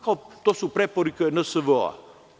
Kao, to su preporuke NSVO.